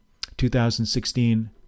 2016